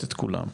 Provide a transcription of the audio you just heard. את כולם.